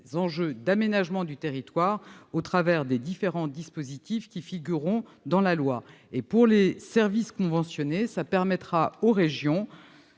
enjeux d'aménagement du territoire au travers des différents dispositifs qui figureront dans la loi. Quant aux services conventionnés, ils permettront aux régions